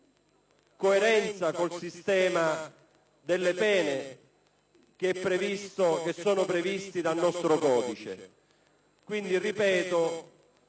coerenza del sistema delle pene previste dal nostro codice;